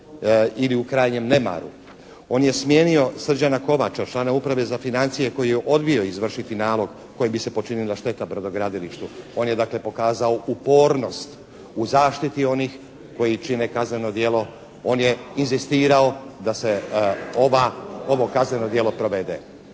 ili u krajnjem nemaru. On je smijenio Srđana Kovača, člana Uprave za financije koji je odbio izvršiti nalog kojim bi se počinila šteta brodogradilištu. On je dakle, pokazao upornost u zaštiti onih koji čine kazneno djelo. On je inzistirao da se ovo kazneno djelo provede.